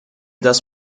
das